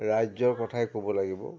ৰাজ্যৰ কথাই ক'ব লাগিব